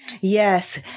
Yes